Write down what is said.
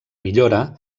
millora